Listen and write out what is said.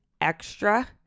extra